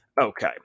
Okay